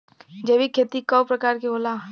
जैविक खेती कव प्रकार के होला?